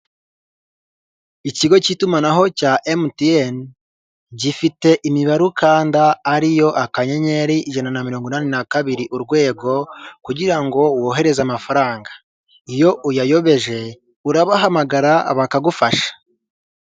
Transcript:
Ikigo k'itumanaho cya MTN. Gifite imibare ukanda ari yo akanyenyeri ijana na mirongo inani na kabiri urwego kugira ngo wohereze amafaranga. Iyo uyayobeje urabahamagara bakagufasha.